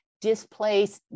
displaced